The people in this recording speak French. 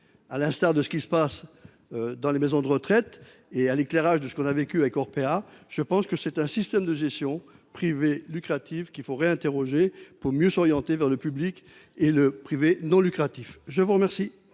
à l'instar de ce qui se passe. Dans les maisons de retraite et à l'éclairage de ce qu'on a vécu avec Orpea. Je pense que c'est un système de gestion privée lucrative qui faut réinterroger pour mieux s'orienter vers le public et le privé non lucratif, je vous remercie.